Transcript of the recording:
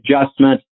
adjustment